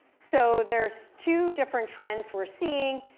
so there's two different trends we're seeing.